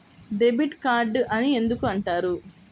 Debit card అని ఎందుకు అంటారు?